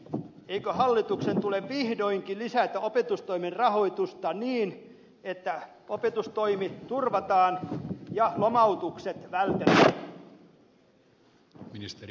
eikö hallituksen tule vihdoinkin lisätä opetustoimen rahoitusta niin että opetustoimi turvataan ja lomautukset vältetään